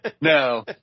No